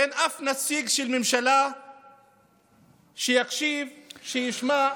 אין אף נציג של ממשלה שיקשיב, שישמע.